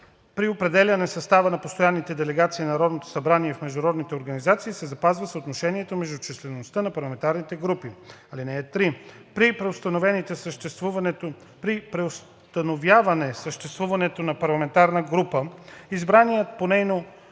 При определяне състава на постоянните делегации на Народното събрание в международните организации се запазва съотношението между числеността на парламентарните групи. (3) При преустановяване съществуването на парламентарна група избраният по нейно